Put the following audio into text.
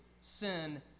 sin